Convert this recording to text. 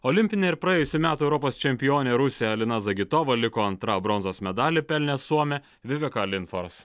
olimpinė ir praėjusių metų europos čempionė rusė alina zagitova liko antra o bronzos medalį pelnė suomė vivė kalinfars